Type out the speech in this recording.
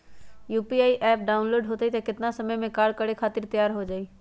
UPI app download होई त कितना समय मे कार्य करे खातीर तैयार हो जाई?